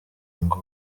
ngo